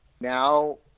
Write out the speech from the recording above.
now